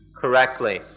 correctly